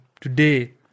today